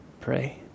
Pray